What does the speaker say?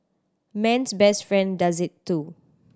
man's best friend does it too